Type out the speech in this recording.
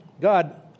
God